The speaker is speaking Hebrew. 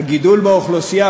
הגידול באוכלוסייה,